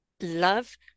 love